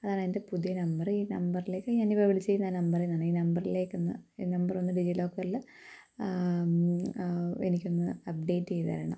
അതാണെൻ്റെ പുതിയ നമ്പർ ഈ നമ്പറിലേക്ക് ഞാനിപ്പോള് വിളിച്ചിരിക്കുന്ന നമ്പറിൽ നിന്ന് ഈ നമ്പറിലേക്കൊന്ന് ഈ നമ്പറൊന്ന് ഡിജി ലോക്കറില് എനിക്കൊന്ന് അപ്ഡേറ്റേയ്ത് തരണം